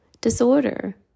disorder